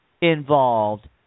involved